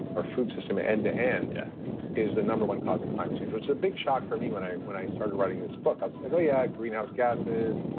our food system ah end to end yeah is the no. one cause of climate change, which is a big shock for me when i when i started writing this book. i was like, oh, yeah, greenhouse gases,